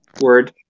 Word